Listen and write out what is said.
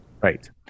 right